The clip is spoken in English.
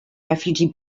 refugee